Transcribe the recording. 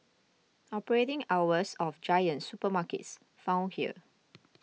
operating hours of Giant supermarkets found here